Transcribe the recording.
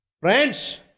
Friends